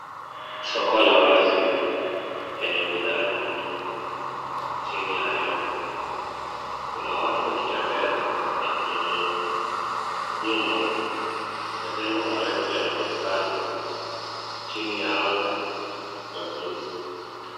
Soko la wazi, lenye bidhaa nyingi, chini ya hema, kuna watu wakitembea na kununua. Nyuma, majengo marefu yanaonekana, chini ya anga ya blue .